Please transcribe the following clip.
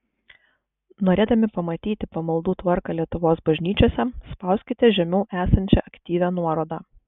norėdami pamatyti pamaldų tvarką lietuvos bažnyčiose spauskite žemiau esančią aktyvią nuorodą